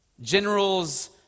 Generals